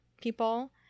people